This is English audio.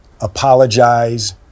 apologize